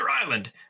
Island